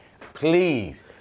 Please